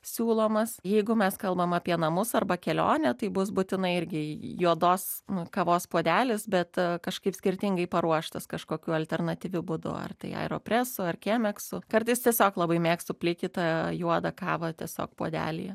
siūlomas jeigu mes kalbam apie namus arba kelionę tai bus būtinai irgi juodos nu kavos puodelis bet kažkaip skirtingai paruoštas kažkokiu alternatyviu būdu ar tai aeropresu ar kemeksu kartais tiesiog labai mėgstu plikytą juodą kavą tiesiog puodelyje